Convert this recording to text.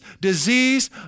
disease